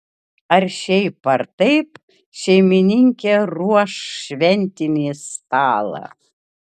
ar šiaip ar taip šeimininkė ruoš šventinį stalą